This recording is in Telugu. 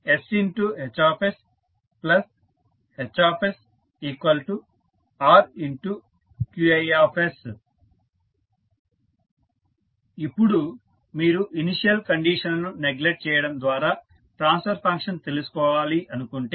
RCsHHsRQis ఇప్పుడు మీరు ఇనిషియల్ కండిషన్ లను నెగ్లెక్ట్ చేయడం ద్వారా మనము ట్రాన్స్ఫర్ ఫంక్షన్ తెలుసుకోవాలి అనుకుంటే